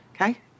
okay